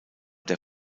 der